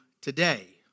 today